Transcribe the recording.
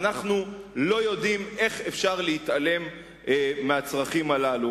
ואנחנו לא יודעים איך אפשר להתעלם מהצרכים הללו.